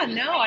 no